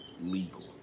legal